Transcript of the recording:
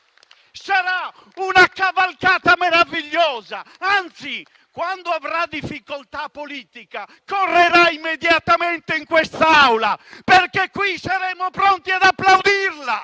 Sarà una cavalcata meravigliosa! Anzi, quando avrà difficoltà politica, correrà immediatamente in quest'Aula, perché qui saremo pronti ad applaudirlo,